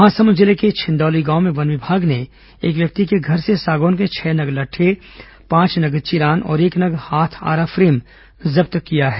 महासमुंद जिले के छिंदौली गांव में वन विभाग ने एक व्यक्ति के घर से सागौन के छह नग लट्डे पांच नग चिरान और एक नग हाथ आरा फ्रेम जब्त किया है